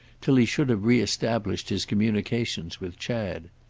till he should have re-established his communications with chad.